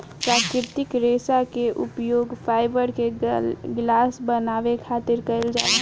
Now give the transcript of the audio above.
प्राकृतिक रेशा के उपयोग फाइबर के गिलास बनावे खातिर कईल जाला